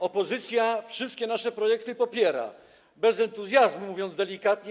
Opozycja wszystkie nasze projekty popiera - bez entuzjazmu, mówiąc delikatnie.